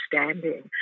understanding